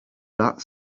that